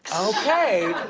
okay,